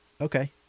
Okay